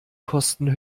kosten